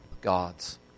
God's